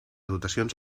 dotacions